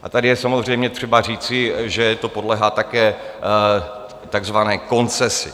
A tady je samozřejmě třeba říci, že to podléhá také takzvané koncesi.